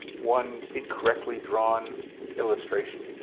one incorrectly drawn illustration?